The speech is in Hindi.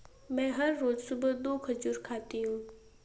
मैं हर रोज सुबह दो खजूर खाती हूँ